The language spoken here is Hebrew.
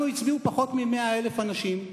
לנו הצביעו פחות מ-100,000 אנשים,